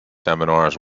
seminars